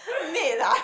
maid ah